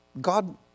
God